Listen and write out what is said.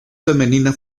femenina